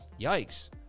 Yikes